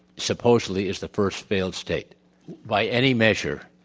supposedly is the first failed state by any measure,